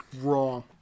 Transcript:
Wrong